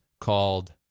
called